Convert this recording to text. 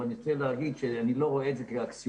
אבל אני רוצה להגיד שאני לא רואה את זה כאקסיומטי,